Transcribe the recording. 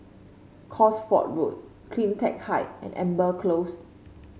Cosford Road CleanTech Height and Amber Closed